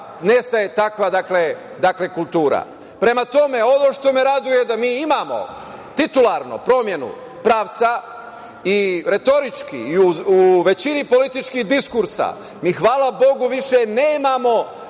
nestaje takva kultura. Prema tome, ovo što me raduje je da mi imamo titularno promenu pravca i retorički i u većini političkih diskursa, mi hvala bogu više nemamo